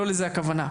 לא לזה הכוונה.